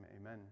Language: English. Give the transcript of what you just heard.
Amen